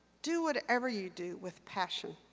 do whatever you do with passion.